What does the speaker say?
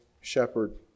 shepherd